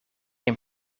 een